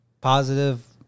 positive